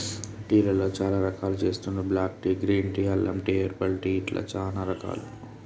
tea లలో చాల రకాలు చెస్తాండ్లు బ్లాక్ టీ, గ్రీన్ టీ, అల్లం టీ, హెర్బల్ టీ ఇట్లా చానా రకాలు